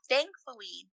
Thankfully